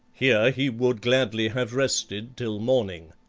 here he would gladly have rested till morning.